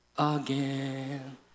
Again